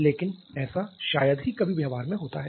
लेकिन ऐसा शायद ही कभी व्यवहार में होता है